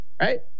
right